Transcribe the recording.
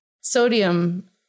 Sodium